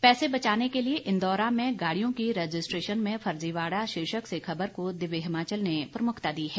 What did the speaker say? पैसे बचाने के लिए इंदौरा में गाड़ियों की रजिस्ट्रेशन में फर्जीबाड़ा शीर्षक से खबर को दिव्य हिमाचल ने प्रमुखता दी है